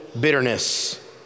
bitterness